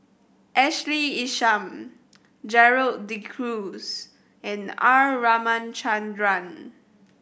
Ashley Isham Gerald De Cruz and R Ramachandran